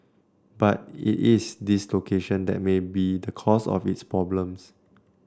but it is this location that may be the cause of its problems